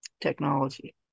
technology